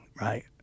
right